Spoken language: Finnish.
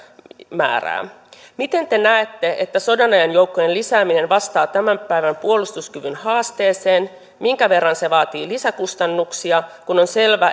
määrää miten te näette että sodanajan joukkojen lisääminen vastaa tämän päivän puolustuskyvyn haasteeseen minkä verran se vaatii lisäkustannuksia kun on selvää